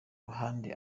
ruhande